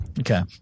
Okay